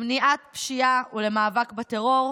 למניעת פשיעה ולמאבק בטרור.